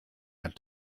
had